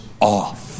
off